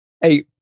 Hey